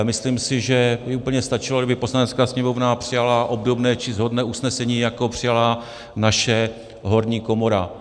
Myslím si, že by úplně stačilo, kdyby Poslanecká sněmovna přijala obdobné či shodné usnesení, jako přijala naše horní komora.